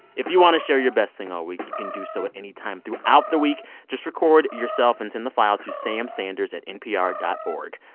if you want to share your best thing all week, you can do so at any time throughout the week. just record yourself and send the file to samsanders at npr dot o like